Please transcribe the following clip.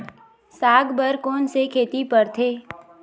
साग बर कोन से खेती परथे?